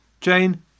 Jane